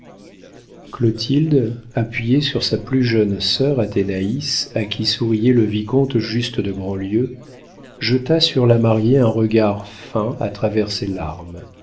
clotilde appuyée sur sa plus jeune sœur athénaïs à qui souriait le vicomte juste de grandlieu jeta sur la mariée un regard fin à travers ses larmes